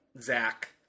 Zach